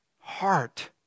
heart